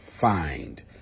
find